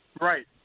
right